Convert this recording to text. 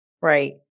Right